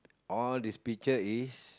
all this picture is